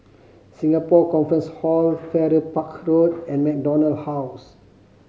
Singapore Conference Hall Farrer Park Road and MacDonald House